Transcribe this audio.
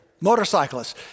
Motorcyclists